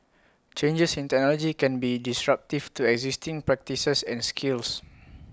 changes in technology can be disruptive to existing practices and skills